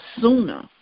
sooner